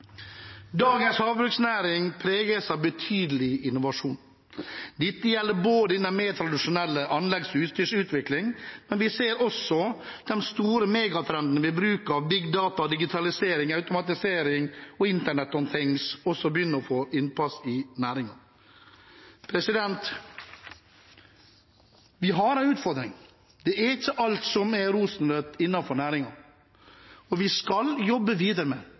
Dagens havbruksnæring preges av betydelig innovasjon. Det gjelder den mer tradisjonelle anleggs- og utstyrsutviklingen, men vi ser også at de store megatrendene med bruk av «big data», digitalisering, automatisering og «Internet of Things» begynner å få innpass i næringen. Vi har en utfordring. Det er ikke alt som er rosenrødt innenfor næringen. Vi skal jobbe videre med